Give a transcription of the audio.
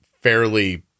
fairly